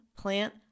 plant